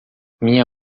minha